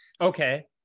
Okay